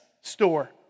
store